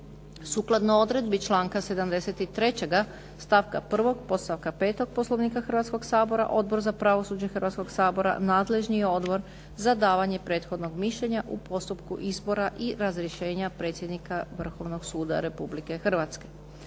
Sukladno odredbi članka 73. stavka 1. podstavka petog Poslovnika Hrvatskog sabora Odbor za pravosuđe Hrvatskog sabora nadležni je odbor za davanje prethodnog mišljenja u postupku izbora i razrješenja predsjednika Vrhovnog suda Republike Hrvatske.